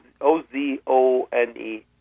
O-Z-O-N-E